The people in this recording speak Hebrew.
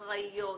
אחראיות,